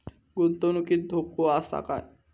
गुंतवणुकीत धोको आसा काय?